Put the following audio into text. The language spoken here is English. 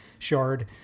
shard